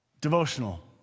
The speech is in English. Devotional